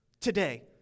today